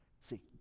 See